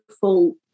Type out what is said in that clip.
full